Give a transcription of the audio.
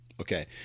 Okay